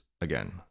again